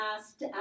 asked